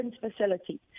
facility